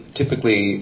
typically